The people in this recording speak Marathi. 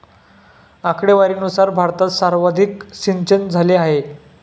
आकडेवारीनुसार भारतात सर्वाधिक सिंचनझाले आहे